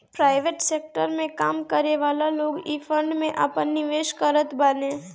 private sector में काम करेवाला लोग इ फंड में आपन निवेश करत बाने